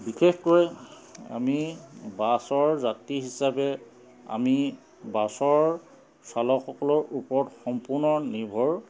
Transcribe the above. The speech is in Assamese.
বিশেষকৈ আমি বাছৰ যাত্ৰী হিচাপে আমি বাছৰ চালকসকলৰ ওপৰত সম্পূৰ্ণ নিৰ্ভৰ